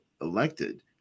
elected